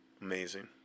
Amazing